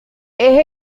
eje